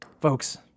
folks